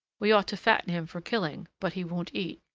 we ought to fatten him for killing but he won't eat,